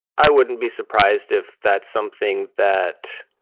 i wouldn't be surprised if that's something that